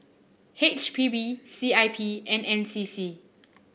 H P B C I P and N C C